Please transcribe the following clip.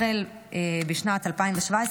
החל משנת 2017,